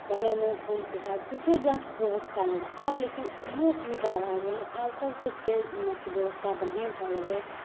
पहिले नहि खून पेशाब किछु जाँचके बेबस्था नहि रहै आब लेकिन बढ़िआँ सुविधा भै गेलै आब सबकिछुके अथी बेबस्था बढ़िआँ भै गेलै